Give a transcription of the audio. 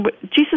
Jesus